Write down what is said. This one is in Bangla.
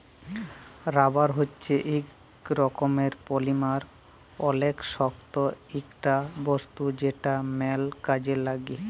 রাবার হচ্যে ইক রকমের পলিমার অলেক শক্ত ইকটা বস্তু যেটা ম্যাল কাজে লাগ্যে